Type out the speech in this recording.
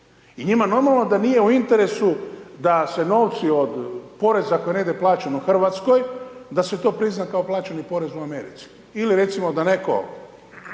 i njima normalno da nije u interesu da se novci od poreza koji je negdje plaćen u Hrvatskoj da se to prizna kao plaćeni porez u Americi ili recimo da neko